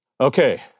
Okay